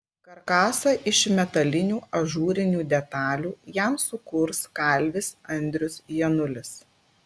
karkasą iš metalinių ažūrinių detalių jam sukurs kalvis andrius janulis